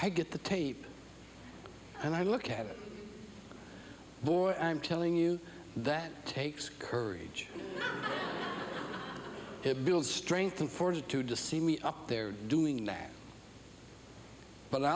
i get the tape and i look at it more i'm telling you that takes courage it builds strength and fortitude to see me up there doing that but i